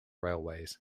railways